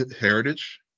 heritage